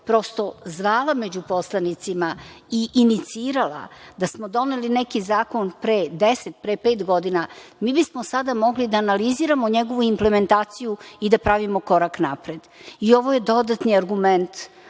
prosto zvala među poslanicima i inicirala, da smo doneli neki zakon pre 10, pre pet godina, mi bi smo sada mogli da analiziramo njegovu implementaciju i da pravimo korak napred. Ovo je dodatni argument,